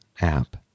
app